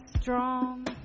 strong